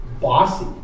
bossy